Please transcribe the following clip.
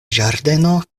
ĝardeno